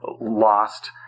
lost